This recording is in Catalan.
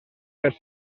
fer